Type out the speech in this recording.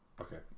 Okay